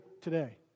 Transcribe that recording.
today